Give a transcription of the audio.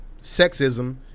sexism